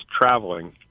traveling